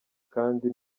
kandi